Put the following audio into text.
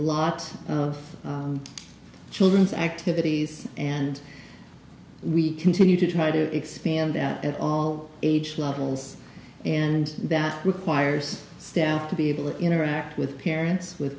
lot of children's activities and we continue to try to expand that at all age levels and that requires staff to be able to interact with parents with